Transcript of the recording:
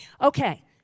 Okay